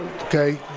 okay